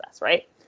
right